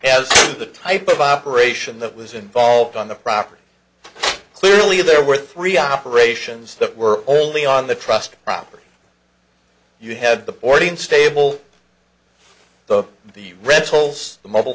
as the type of operation that was involved on the property clearly there were three operations that were only on the trust property you had the boarding stable the the rentals the mobile